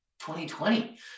2020